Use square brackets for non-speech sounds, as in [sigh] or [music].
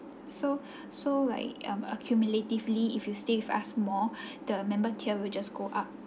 so [breath] so like um accumulatively if you stay with us more [breath] the member tier will just go up